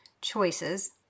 Choices